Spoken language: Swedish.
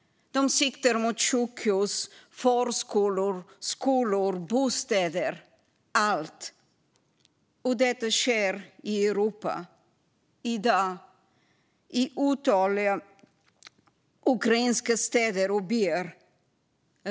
De siktar mot sjukhus, förskolor, skolor och bostäder - mot allt. Detta sker i Europa i dag, i otaliga ukrainska städer och byar.